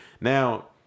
now